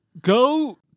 go